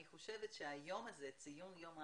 אני חושבת שאת היום הזה, ציון יום העלייה,